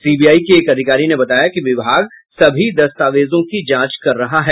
CBI के एक अधिकारी ने बताया कि विभाग सभी दस्तावेजों की जांच कर रहा है